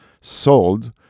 sold